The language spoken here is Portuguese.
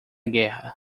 guerra